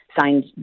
signed